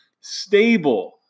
stable